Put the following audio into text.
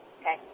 Okay